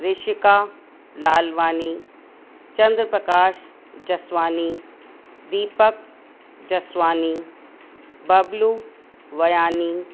Rishika Lalwani Chandraprakash Jaswani Deepak Jaswani Bablu Wayani